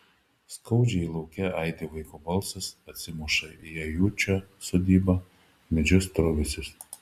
skaudžiai lauke aidi vaiko balsas atsimuša į ajučio sodybą medžius trobesius